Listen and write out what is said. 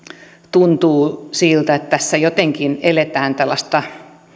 tuntuu siltä että tässä jotenkin eletään tällaista